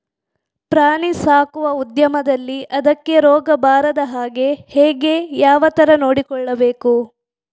ಪ್ರಾಣಿ ಸಾಕುವ ಉದ್ಯಮದಲ್ಲಿ ಅದಕ್ಕೆ ರೋಗ ಬಾರದ ಹಾಗೆ ಹೇಗೆ ಯಾವ ತರ ನೋಡಿಕೊಳ್ಳಬೇಕು?